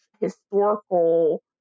historical